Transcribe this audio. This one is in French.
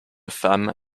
femme